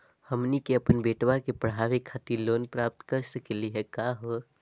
हमनी के अपन बेटवा क पढावे खातिर लोन प्राप्त कर सकली का हो?